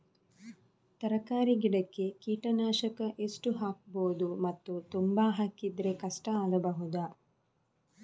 ತರಕಾರಿ ಗಿಡಕ್ಕೆ ಕೀಟನಾಶಕ ಎಷ್ಟು ಹಾಕ್ಬೋದು ಮತ್ತು ತುಂಬಾ ಹಾಕಿದ್ರೆ ಕಷ್ಟ ಆಗಬಹುದ?